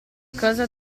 cosa